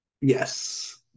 yes